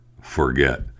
forget